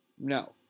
No